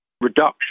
reduction